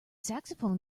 saxophone